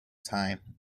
time